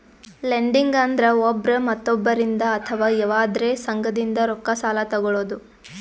lending ಅಂದ್ರ ಒಬ್ರ್ ಮತ್ತೊಬ್ಬರಿಂದ್ ಅಥವಾ ಯವಾದ್ರೆ ಸಂಘದಿಂದ್ ರೊಕ್ಕ ಸಾಲಾ ತೊಗಳದು